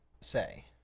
say